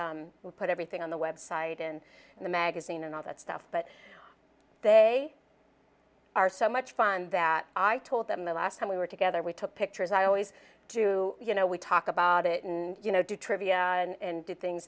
who put everything on the website in the magazine and all that stuff but they are so much fun that i told them the last time we were together we took pictures i always do you know we talk about it and you know do trivia and do things